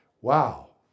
Wow